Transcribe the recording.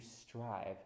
strive